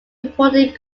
reported